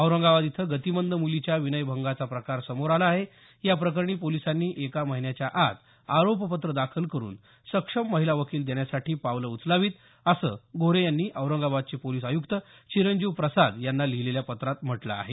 औरंगाबाद इथं गतिमंद मुलीच्या विनयभंगाचा प्रकार समोर आला आहे या प्रकरणी पोलिसांनी एका महिन्याच्या आत आरोपपत्र दाखल करुन सक्षम महिला वकील देण्यासाठी पावलं उचलावीत असं गोऱ्हे यांनी औरंगाबादचे पोलीस आयक्त चिरंजीव प्रसाद यांना लिहिलेल्या पत्रात म्हटलं आहे